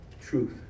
truth